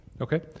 Okay